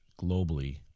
globally